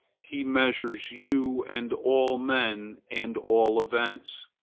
he measures you and all men and all events.